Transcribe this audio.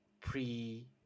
pre